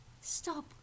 Stop